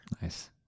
Nice